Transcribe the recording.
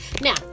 Now